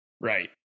Right